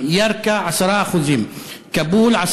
ירכא 10%; כאבול,